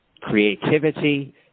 creativity